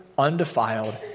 undefiled